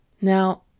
Now